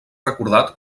recordat